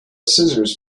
scissors